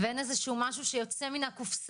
ואין איזה שהוא משהו שיוצא מן הקופסה